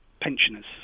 pensioners